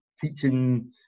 teaching